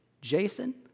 Jason